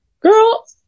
Girl